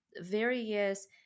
various